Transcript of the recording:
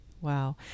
Wow